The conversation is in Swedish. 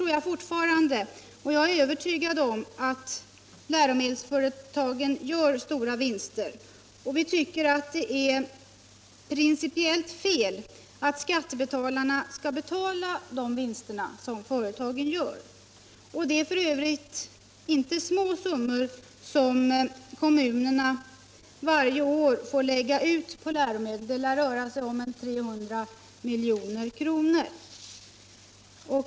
Jag är övertygad om att läromedelsförlagen gör stora vinster. Vi tycker att det är pincipiellt felaktigt att skattebetalarna skall betala de vinster som företagen gör. Det är f. ö. inte små summor som kommunerna varje år får lägga ut på läromedel. Det lär röra sig om 300 milj.kr.